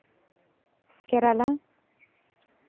Kerala